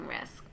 risk